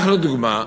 לדוגמה,